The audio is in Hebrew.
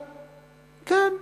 כן,